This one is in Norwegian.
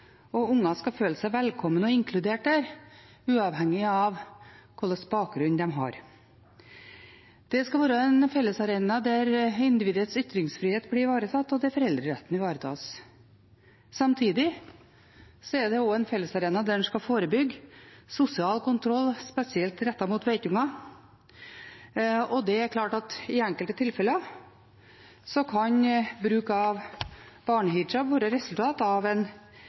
og at unge skal føle seg velkomne og inkludert der, uavhengig av hva slags bakgrunn de har. Det skal være en fellesarena der individets ytringsfrihet blir ivaretatt, og der foreldreretten ivaretas. Samtidig er det også en fellesarena der en skal forebygge sosial kontroll, spesielt rettet mot jenter. I enkelte tilfeller kan bruk av barnehijab være et resultat av